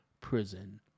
prison